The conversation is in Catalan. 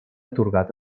atorgat